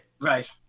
Right